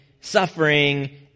suffering